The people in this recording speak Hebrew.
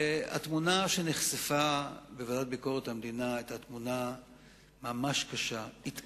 והתמונה שנחשפה בוועדת ביקורת המדינה היתה תמונה ממש קשה: התעמרות,